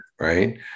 right